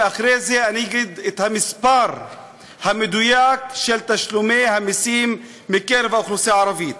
ואחרי זה אגיד את המספר המדויק של תשלומי המסים בקרב האוכלוסייה הערבית.